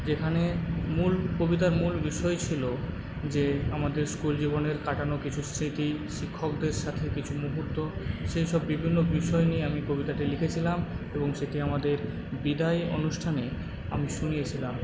যেখানে মূল কবিতার মূল বিষয় ছিলো যে আমাদের স্কুল জীবনের কাটানো কিছু স্মৃতি শিক্ষকদের সাথে কিছু মুহুর্ত সেই সব বিভিন্ন বিষয় নিয়ে আমি কবিতাটি লিখেছিলাম এবং সেটি আমাদের বিদায় অনুষ্ঠানে আমি শুনিয়েছিলাম